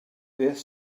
beth